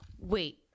wait